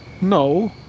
no